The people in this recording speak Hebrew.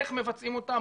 איך מבצעים אותן,